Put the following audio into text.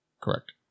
Correct